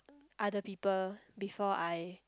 other people before I